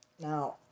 Now